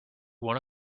one